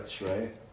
right